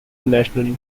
national